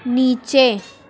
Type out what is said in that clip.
نیچے